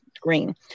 green